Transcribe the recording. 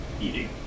eating